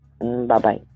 Bye-bye